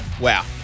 Wow